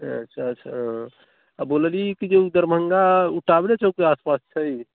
अच्छा अच्छा आओर बोलली कि जे दरभङ्गा ओ टावरे चौकके आसपास छै